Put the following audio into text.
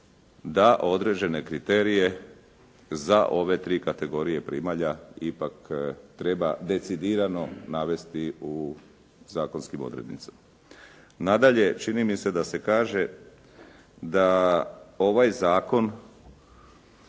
da određene kriterije za ove tri kategorije primalja ipak treba decidirano navesti u zakonskim odrednicama. Nadalje, čini mi se da se kaže da ovaj zakon